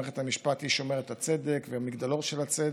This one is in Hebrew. מערכת המשפט היא שומרת הצדק והמגדלור של הצדק.